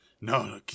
No